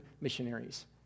missionaries